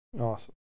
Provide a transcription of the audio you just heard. Awesome